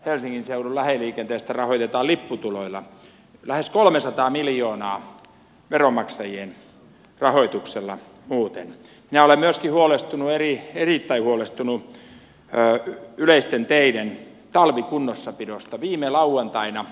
helsingin seudun lähiliikenteestä rahoitetaan lipputuloilla lähes kolmesataa miljoonaa veronmaksajien rahoituksella muuten olen myös huolestunuori erittäin huolestunut ja yleisten teiden talvikunnossapidosta viime lauantaina